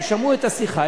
הם שמעו את השיחה,